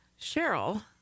Cheryl